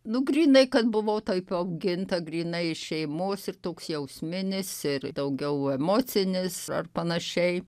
nu grynai kad buvau taip auginta grynai iš šeimos ir toks jausminis ir daugiau emocinis ar panašiai